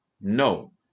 no